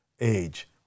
age